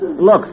Look